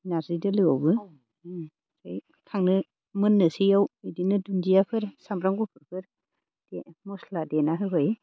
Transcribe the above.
नार्जि दोलोयावबो बे खांनो मोन्नोसैयाव बिदिनो दुन्दियाफोर सामब्राम गुफुरफोर मस्ला देना होबाय